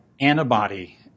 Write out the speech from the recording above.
antibody